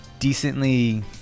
Decently